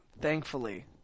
Thankfully